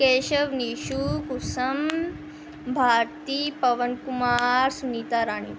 Keshav Nishu Kusum Bharti Pawan Kumar Sunita Rani